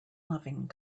loving